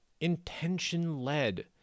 intention-led